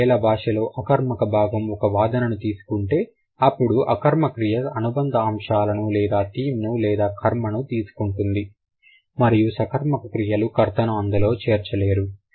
ఒకవేళ భాషలో అకర్మక భాగము ఒక వాదన ను తీసుకుంటే అప్పుడు ఆకర్మ క్రియ అనుబంధ అంశాలను లేదా థీమ్ ను లేదా కర్మను తీసుకుంటుంది మరియు సకర్మక క్రియలు కర్తను అందులో చేర్చలేరు